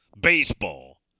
baseball